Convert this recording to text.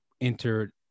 entered